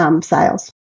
sales